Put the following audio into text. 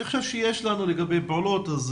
אני חושב שיש לנו לגבי פעולות,